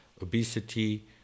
obesity